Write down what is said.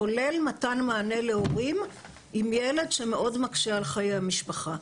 כולל מתן מענה להורים עם ילד שמאוד מקשה על חיי המשפחה.